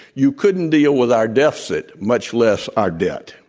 you couldn't deal with our deficit, much less our debt.